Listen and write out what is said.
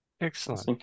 Excellent